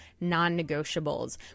non-negotiables